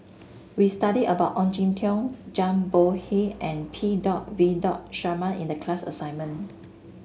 we studied about Ong Jin Teong Zhang Bohe and P dot V dot Sharma in the class assignment